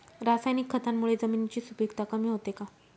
रासायनिक खतांमुळे जमिनीची सुपिकता कमी होते का?